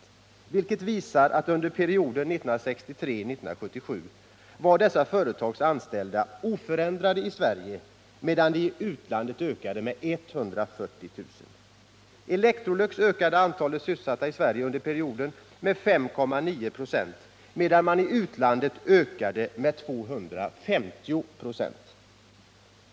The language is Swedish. Utredningen visar att dessa företags antal anställda under perioden 1963-1977 var oförändrat i Sverige, medan det i utlandet ökade med 140 000. Electrolux ökade under perioden antalet sysselsatta i Sverige med 5,9 926, medan man i utlandet ökade med 250 96.